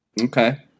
Okay